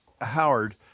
Howard